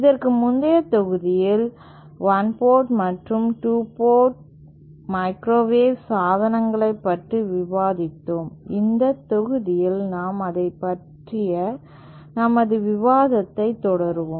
இதற்கு முந்தைய தொகுதியில் 1 போர்ட் மற்றும் 2 போர்ட் மைக்ரோவேவ் சாதனங்களைப் பற்றி விவாதித்தோம் இந்த தொகுதியில் நாம் அதை பற்றியான நமது விவாதத்தை தொடருவோம்